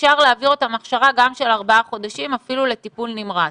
אפשר להעביר אותם הכשרה גם של ארבעה חודשים אפילו לטיפול נמרץ